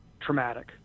traumatic